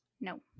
No